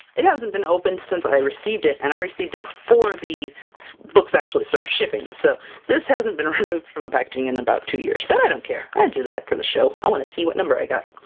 it hasn't been opened since i received it, and i received it before the books actually started so shipping, so this hasn't been removed from the packaging in about two years, but i don't care! i'll do that for the show! i want to see what number i got!